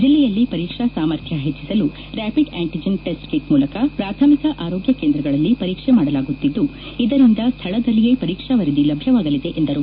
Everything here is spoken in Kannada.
ಜಿಲ್ಲೆಯಲ್ಲಿ ಪರೀಕ್ಷಾ ಸಾಮರ್ಥ್ಯ ಹೆಚ್ಚಿಸಲು ರ್ಯಾಪಿಡ್ ಅಂಟಿಜನ್ ಟೆಸ್ಟ್ ಕಿಟ್ ಮೂಲಕ ಪ್ರಾಥಮಿಕ ಆರೋಗ್ಯ ಕೇಂದ್ರಗಳಲ್ಲಿ ಪರೀಕ್ಷೆ ಮಾಡಲಾಗುತ್ತಿದ್ದು ಇದರಿಂದ ಸ್ದಳದಲ್ಲಿಯೇ ಪರೀಕ್ಷಾ ವರದಿ ಲಭ್ಯವಾಗಲಿದೆ ಎಂದರು